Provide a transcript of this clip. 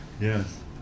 Yes